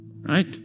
right